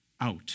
out